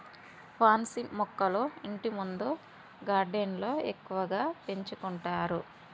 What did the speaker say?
pansy మొక్కలు ఇంటిముందు గార్డెన్లో ఎక్కువగా పెంచుకుంటారు